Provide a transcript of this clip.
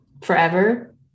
forever